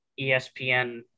ESPN